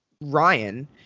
Ryan